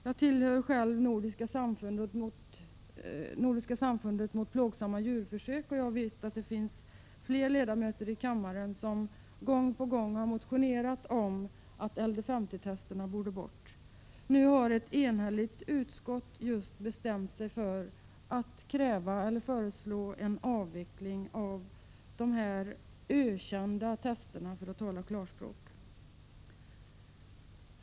Jag tillhör själv Nordiska samfundet mot plågsamma djurförsök och vet att det finns flera ledamöter i kammaren som gång på gång har motionerat om att LD 50-testerna borde tas bort. Nu har ett enhälligt utskott bestämt sig för att föreslå en avveckling av de här ökända testerna, för att tala klarspråk.